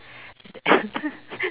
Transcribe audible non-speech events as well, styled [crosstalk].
[laughs]